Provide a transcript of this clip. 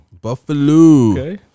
Buffalo